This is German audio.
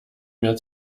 mehr